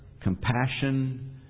compassion